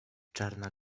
czarna